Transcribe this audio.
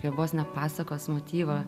jau vos ne pasakos motyvą